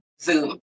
Zoom